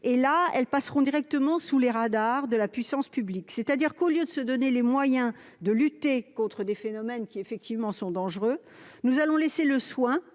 Là, ils passeront directement sous les radars de la puissance publique. En d'autres termes, au lieu de nous donner les moyens de lutter contre des phénomènes effectivement dangereux, nous allons laisser le soin